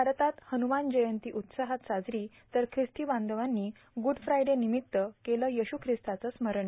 भारतात हन्नुमान जयंती उत्साहात साजरी तर खिस्ती बांधवांनी गुडफ्रायडे निमित्त केलं येशु खिस्ताचं स्मरण